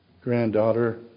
granddaughter